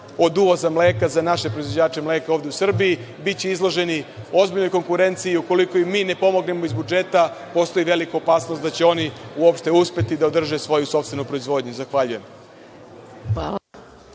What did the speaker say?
od uvoza mleka za naše proizvođače mleka ovde u Srbiji. Biće izloženi ozbiljnoj konkurenciji i ukoliko im mi ne pomognemo iz budžeta, postoji velika opasnost da će oni uopšte uspeti da održe svoju sopstvenu proizvodnju. Zahvaljujem.